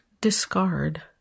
discard